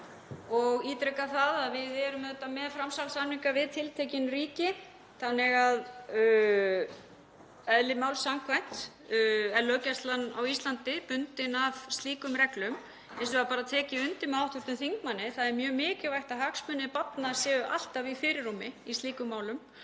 Ég ítreka að við erum með framsalssamninga við tiltekin ríki þannig að eðli máls samkvæmt er löggæslan á Íslandi bundin af slíkum reglum. Hins vegar tek ég undir með hv. þingmanni að það er mjög mikilvægt að hagsmunir barna séu alltaf í fyrirrúmi í slíkum málum